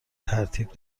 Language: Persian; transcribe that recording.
ترتیب